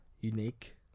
Unique